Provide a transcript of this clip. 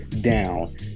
down